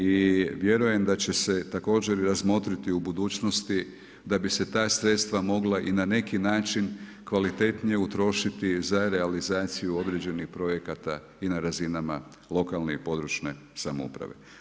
I vjerujem da će se također razmotriti u budućnosti da bi se ta sredstva mogla i na neki način kvalitetnije utrošiti za realizaciju određenih projekata i na razinama lokalne i područne samouprave.